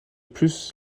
plus